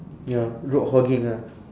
ya road hogging ah